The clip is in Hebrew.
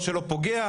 או שלא פוגע,